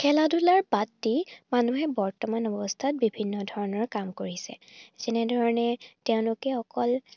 খেলা ধূলাৰ বাদ দি মানুহে বৰ্তমান অৱস্থাত বিভিন্ন ধৰণৰ কাম কৰিছে যেনেধৰণে তেওঁলোকে অকল